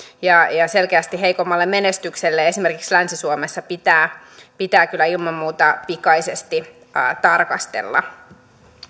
ja ja selkeästi heikommalle menestykselle esimerkiksi länsi suomessa pitää pitää kyllä ilman muuta pikaisesti tarkastella